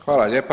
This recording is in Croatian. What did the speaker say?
Hvala lijepa.